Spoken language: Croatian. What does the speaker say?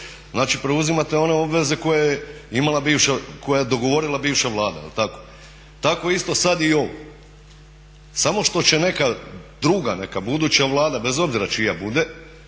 koje je imala bivša, koje je dogovorila bivša Vlada. Jel' tako? Tako isto sad i ovo. Samo što će druga, neka buduća Vlada bez obzira čija bude